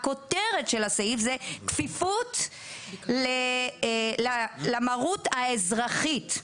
כותרת הסעיף זה כפיפות למרות האזרחית.